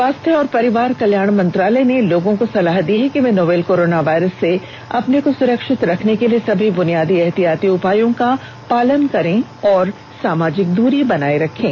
स्वास्थ्य और परिवार कल्याण मंत्रालय ने लोगों को सलाह दी है कि वे नोवल कोरोना वायरस से अपने को सुरक्षित रखने के लिए सभी बुनियादी एहतियाती उपायों का पालन करें और सामाजिक दूरी बनाए रखें